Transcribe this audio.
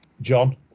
John